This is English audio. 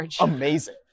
amazing